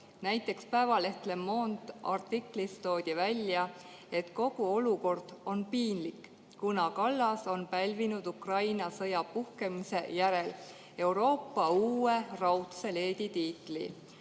Näiteks päevalehe Le Monde artiklis toodi välja, et kogu olukord on piinlik, kuna Kallas on pälvinud Ukraina sõja puhkemise järel Euroopa uue raudse leedi tiitli,